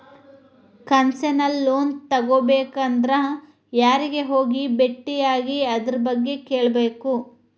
Concessional loan ತಗೊಬೇಕಂದ್ರ ಯಾರಿಗೆ ಹೋಗಿ ಬೆಟ್ಟಿಯಾಗಿ ಅದರ್ಬಗ್ಗೆ ಕೇಳ್ಬೇಕು?